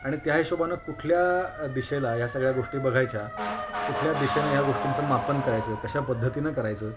आणि त्या हिशोबानं कुठल्या दिशेला या सगळ्या गोष्टी बघायच्या कुठल्या दिशेनं ह्या गोष्टींचं मापन करायचं कशा पद्धतीनं करायचं